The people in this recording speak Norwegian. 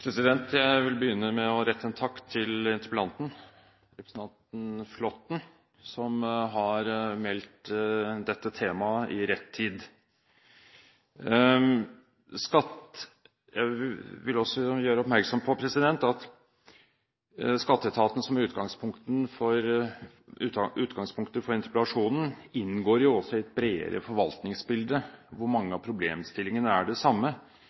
som har meldt dette temaet i rett tid. Jeg vil også gjøre oppmerksom på at skatteetaten som utgangspunktet for interpellasjonen inngår jo også i et bredere forvaltningsbilde, hvor mange av problemstillingene er de samme,